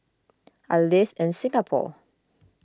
I live in Singapore